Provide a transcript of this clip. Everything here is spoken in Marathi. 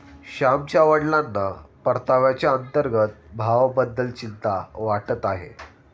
श्यामच्या वडिलांना परताव्याच्या अंतर्गत भावाबद्दल चिंता वाटत आहे